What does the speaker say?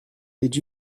did